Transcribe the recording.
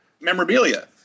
memorabilia